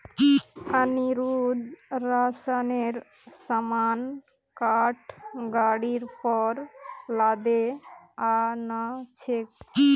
अनिरुद्ध राशनेर सामान काठ गाड़ीर पर लादे आ न छेक